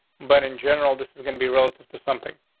but in general, this is gonna be relative to something.